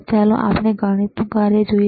હવે ચાલો ગણિતનું કાર્ય જોઈએ